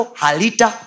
halita